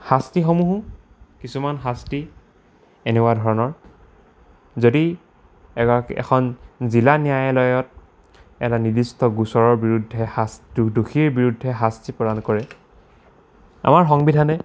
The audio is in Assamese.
শাস্তিসমূহো কিছুমান শাস্তি এনেকুৱা ধৰণৰ যদি এগৰাকী এখন জিলা ন্যায়ালয়ত এটা নিৰ্দিষ্ট গোচৰৰ বিৰুদ্ধে শাস্তিৰ দোষীৰ বিৰুদ্ধে শাস্তি প্ৰদান কৰে আমাৰ সংবিধানে